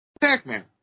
Pac-Man